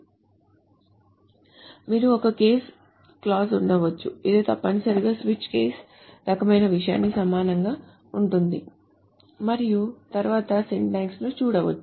మరియు ఒక case clause ఉండవచ్చు ఇది తప్పనిసరిగా స్విచ్ కేస్ రకమైన విషయానికి సమానంగా ఉంటుంది మరియు తరువాత సింటాక్స్ ను చూడవచ్చు